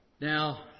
Now